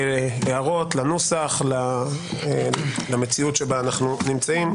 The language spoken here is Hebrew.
הערות לנוסח, למציאות שבה אנחנו נמצאים.